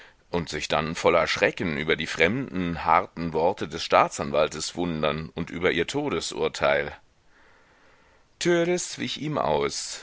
und sich dann voller schrecken über die fremden harten worte des staatsanwaltes wundern und über ihr todesurteil törleß wich ihm aus